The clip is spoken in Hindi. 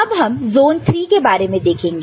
अब हम जोन III के बारे में देखेंगे